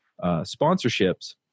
sponsorships